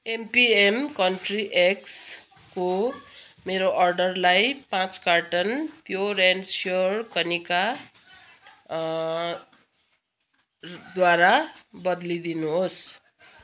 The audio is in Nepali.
एमपिएम कन्ट्री एग्सको मेरो अर्डरलाई पाँच कार्टन प्योर एन्ड स्योर कनिकाद्वारा बदलिदिनुहोस्